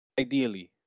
Ideally